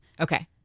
Okay